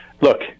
look